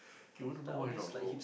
you want to know why not bro